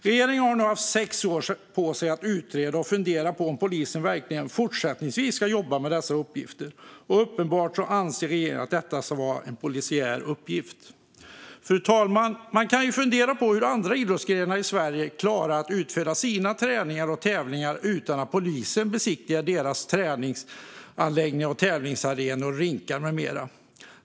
Regeringen har nu haft sex år på sig att utreda och fundera på om polisen verkligen fortsättningsvis ska jobba med dessa uppgifter. Uppenbart anser regeringen att detta ska vara en polisiär uppgift. Fru talman! Man kan fundera på hur andra idrottsgrenar i Sverige klarar att utföra sina träningar och tävlingar utan att polisen besiktigar deras träningsanläggningar, tävlingsarenor, rinkar med mera.